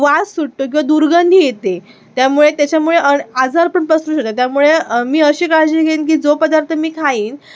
वास सुटतो किंवा दुर्गंधी येते त्यामुळे त्याच्यामुळे आणि आजार पण पसरू त्यामुळे मी अशी काळजी घेईन की जो पदार्थ मी खाईन